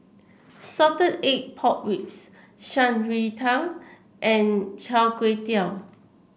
Salted Egg Pork Ribs Shan Rui Tang and Chai Tow Kway